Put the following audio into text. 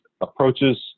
approaches